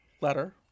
letter